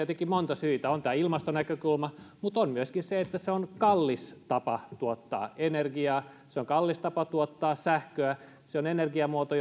tietenkin monta syytä on tämä ilmastonäkökulma mutta on myöskin se että se on kallis tapa tuottaa energiaa se on kallis tapa tuottaa sähköä se on energiamuoto